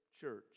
church